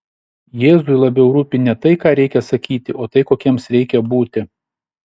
jėzui labiau rūpi ne tai ką reikia sakyti o tai kokiems reikia būti